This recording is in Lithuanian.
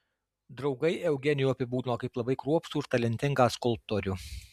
draugai eugenijų apibūdino kaip labai kruopštų ir talentingą skulptorių